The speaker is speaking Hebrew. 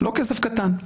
לא כסף קטן.